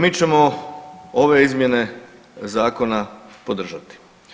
Mi ćemo ove izmjene zakona podržati.